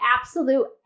absolute